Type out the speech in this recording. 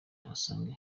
assange